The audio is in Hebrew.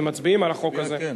ומצביעים על החוק הזה.